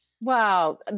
Wow